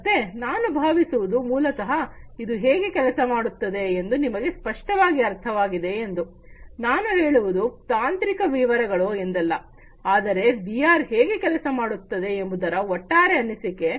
ಮತ್ತೆ ನಾನು ಭಾವಿಸುವುದು ಮೂಲತಃ ಇದು ಹೇಗೆ ಕೆಲಸ ಮಾಡುತ್ತದೆ ಎಂದು ನಿಮಗೆ ಸ್ಪಷ್ಟವಾಗಿ ಅರ್ಥವಾಗಿದೆ ಎಂದು ನಾನು ಹೇಳುವುದು ತಾಂತ್ರಿಕ ವಿವರಗಳು ಎಂದಲ್ಲ ಆದರೆ ವಿಆರ್ ಹೇಗೆ ಕೆಲಸ ಮಾಡುತ್ತದೆ ಎಂಬುದರ ಒಟ್ಟಾರೆ ಅನಿಸಿಕೆ